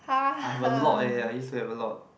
I've a lot eh I used to have a lot